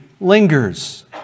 lingers